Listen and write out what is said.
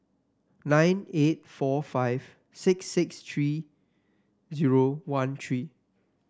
nine eight four five six six three zero one three